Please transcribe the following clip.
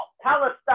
Palestine